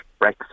Brexit